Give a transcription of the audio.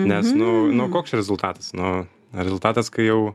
nes nu nu koks čia rezultatas nu rezultatas kai jau